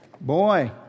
Boy